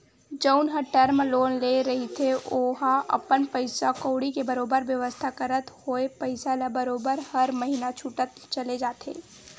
जउन ह term loan ले रहिथे ओहा अपन पइसा कउड़ी के बरोबर बेवस्था करत होय पइसा ल बरोबर हर महिना छूटत चले जाथे